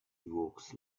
evokes